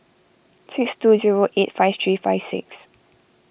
six two zero eight five three five six